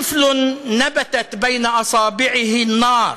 ילד שצמחה בין אצבעותיו אש.